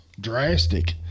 drastic